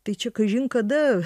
tai čia kažin kada